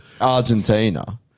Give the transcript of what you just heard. Argentina